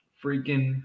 freaking